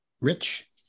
rich